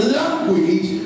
language